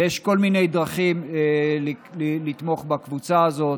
ויש כל מיני דרכים לתמוך בקבוצה הזאת.